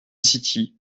city